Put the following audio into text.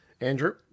andrew